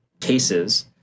cases